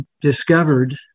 discovered